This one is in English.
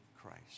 Christ